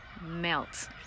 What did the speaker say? melt